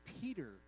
Peter